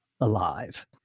alive